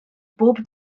bob